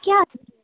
کیٛاہ